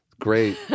Great